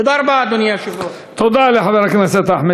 תודה רבה, אדוני היושב-ראש.